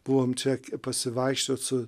buvom čia pasivaikščiot su